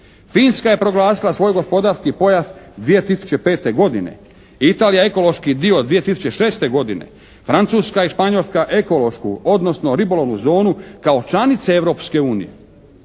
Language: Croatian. Finska je proglasila svoj gospodarski pojas 2005. godine, Italija ekološki dio 2006. godine, Francuska i Španjolska ekološku, odnosno ribolovnu zonu kao članice Europske unije,